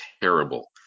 terrible